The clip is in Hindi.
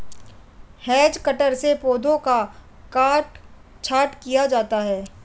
हेज कटर से पौधों का काट छांट किया जाता है